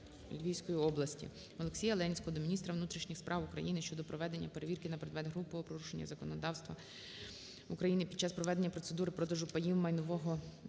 Олексія Ленського до міністра внутрішніх справ України щодо проведення перевірки на предмет грубого порушення законодавства України під час проведення процедури продажу паїв майнового фонду